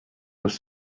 was